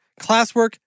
classwork